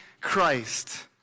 Christ